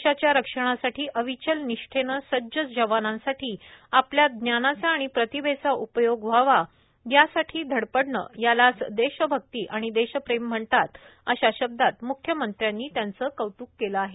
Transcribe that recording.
देशाच्या रक्षणासाठी अविचल निष्ठेनं सज्ज जवानांसाठी आपल्या ज्ञानाचा आणि प्रतिभेचा उपयोग व्हावा यासाठी धडपडणं यालाच देशभक्ती देशप्रेम म्हणतात अशा शब्दांत म्ख्यमंत्र्यांनी त्यांचं कौत्क केलं आहे